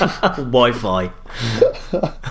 Wi-Fi